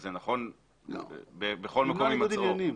אז זה נכון בכל מקום הימצאו.